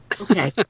Okay